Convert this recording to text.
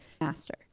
master